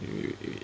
wait wait wait